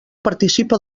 participa